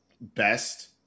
best